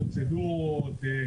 פרוצדורות,